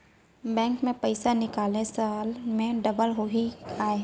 Bank में पइसा कितने साल में डबल होही आय?